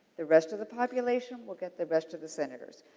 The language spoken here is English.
the rest of the population will get the rest of the senators.